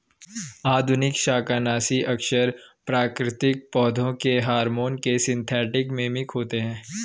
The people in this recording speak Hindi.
आधुनिक शाकनाशी अक्सर प्राकृतिक पौधों के हार्मोन के सिंथेटिक मिमिक होते हैं